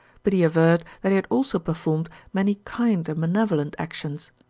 but he averred that he had also performed many kind and benevolent actions.